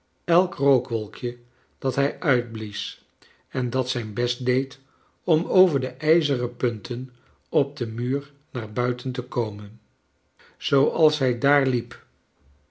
elk rookwolkje dat hij uitblies en dat zijn best deed om over de rjzeren punten op den muur naar buiten te komen zooals hij daar hep